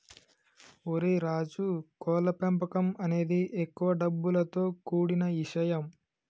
ఓరై రాజు కోళ్ల పెంపకం అనేది ఎక్కువ డబ్బులతో కూడిన ఇషయం